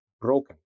broken